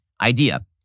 idea